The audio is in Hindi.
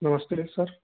नमस्ते सर